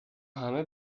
همه